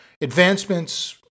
Advancements